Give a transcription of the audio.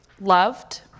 Loved